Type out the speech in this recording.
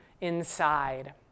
inside